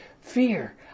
Fear